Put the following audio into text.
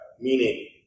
Meaning